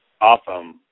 Awesome